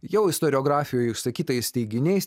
jau istoriografijoj išsakytais teiginiais